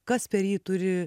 kas per jį turi